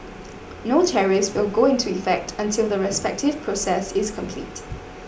no tariffs will go into effect until the respective process is complete